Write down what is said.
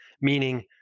meaning